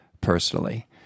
personally